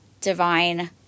divine